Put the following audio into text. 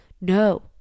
No